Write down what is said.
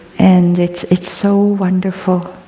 and it's it's so wonderful,